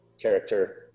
character